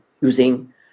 using